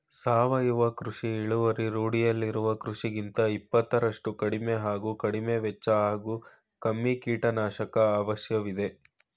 ಸಾವಯವ ಕೃಷಿ ಇಳುವರಿ ರೂಢಿಯಲ್ಲಿರುವ ಕೃಷಿಗಿಂತ ಇಪ್ಪತ್ತರಷ್ಟು ಕಡಿಮೆ ಹಾಗೂ ಕಡಿಮೆವೆಚ್ಚ ಹಾಗೂ ಕಮ್ಮಿ ಕೀಟನಾಶಕ ಅವಶ್ಯವಿದೆ